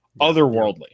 otherworldly